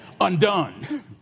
Undone